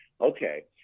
okay